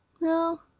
No